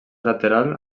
lateral